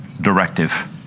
directive